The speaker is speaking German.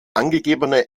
angegebene